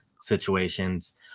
situations